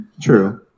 True